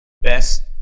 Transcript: best